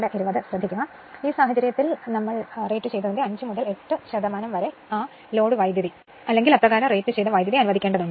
ഇപ്പോൾ ഈ സാഹചര്യത്തിൽ റേറ്റുചെയ്തതിന്റെ 5 മുതൽ 8 ശതമാനം വരെ ആ ലോഡ് വൈദ്യുതി അല്ലെങ്കിൽ റേറ്റുചെയ്ത വൈദ്യുതി അനുവദിക്കേണ്ടതുണ്ട്